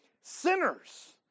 sinners